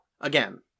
again